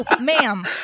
ma'am